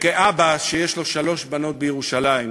כאבא שיש לו שלוש בנות בירושלים,